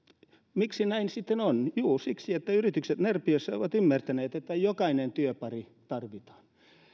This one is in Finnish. miksi näin sitten on juu siksi että yritykset närpiössä ovat ymmärtäneet että jokainen työpari tarvitaan